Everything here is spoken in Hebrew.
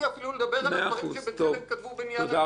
לדבר על הדברים שבצלם כתבו בנייר העמדה שלהם.